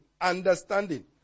understanding